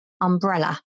umbrella